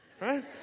right